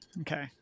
okay